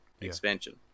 expansion